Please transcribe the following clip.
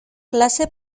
klase